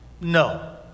No